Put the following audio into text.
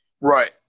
Right